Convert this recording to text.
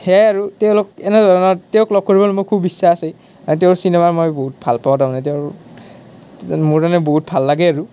সেয়াই আৰু তেওঁলোক এনে ধৰণৰ তেওঁক লগ কৰিব মোৰ খুব ইচ্ছা আছে তেওঁৰ চিনেমা মই বহুত ভাল পাওঁ তাৰ মানে তেওঁ মোৰ তাৰ মানে বহুত ভাল লাগে আৰু